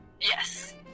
Yes